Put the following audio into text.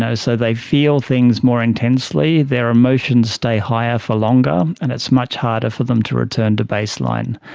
ah so they feel things more intensely. their emotions stay higher for longer, and it's much harder for them to return to baseline.